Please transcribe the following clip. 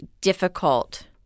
difficult